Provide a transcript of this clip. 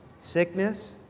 Sickness